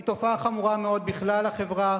היא תופעה חמורה מאוד בכלל החברה,